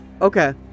Okay